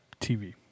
TV